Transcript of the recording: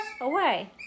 Away